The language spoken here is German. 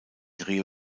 rio